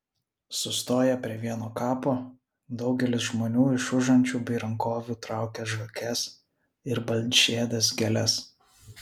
sustoję prie vieno kapo daugelis žmonių iš užančių bei rankovių traukia žvakes ir baltžiedes gėles